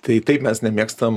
tai taip mes nemėgstam